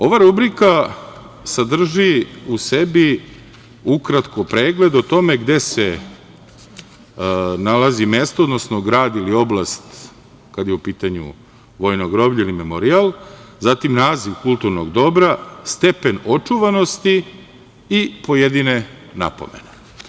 Ova rubrika sadrži u sebi ukratko pregled o tome gde se nalazi mesto ili grad, oblast kada je u pitanju vojno groblje ili memorijal, zatim naziv kulturnog dobra, stepen očuvanosti i pojedine napomene.